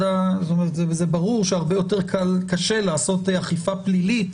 זה ברור שהרבה יותר קשה לעשות אכיפה פלילית